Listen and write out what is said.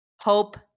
hope